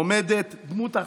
עומדת דמות אחת,